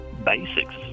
basics